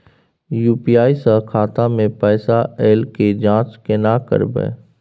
UPI स खाता मे पैसा ऐल के जाँच केने करबै?